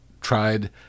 tried